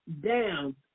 down